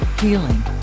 Healing